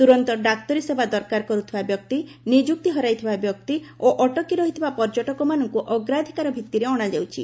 ତୂରନ୍ତ ଡାକ୍ତରୀସେବା ଦରକାର କରୁଥିବା ବ୍ୟକ୍ତି ନିଯୁକ୍ତି ହରାଇଥିବା ବ୍ୟକ୍ତି ଓ ଅଟକି ରହିଥିବା ପର୍ଯ୍ୟଟକମାନଙ୍କୁ ଅଗ୍ରାଧିକାର ଭିତ୍ତିରେ ଅଣାଯାଉଛି